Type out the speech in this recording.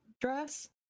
dress